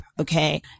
okay